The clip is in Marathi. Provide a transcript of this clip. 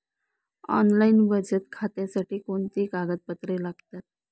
ऑनलाईन बचत खात्यासाठी कोणती कागदपत्रे लागतात?